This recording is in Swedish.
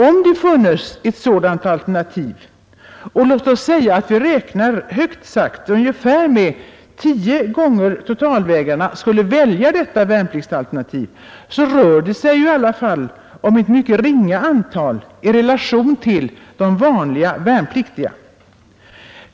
Om det funnes ett sådant alternativ — och låt oss säga att vi räknar internationellt biståndsarbete som alternativ till värnpliktstjänstgöring och vapenfri tjänst med, högt sagt, att ungefär tio gånger totalvägrarna skulle välja detta värnpliktsalternativ — rörde det sig i alla fall om ett mycket ringa antal i relation till de vanliga värnpliktiga.